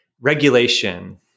regulation